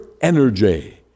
energy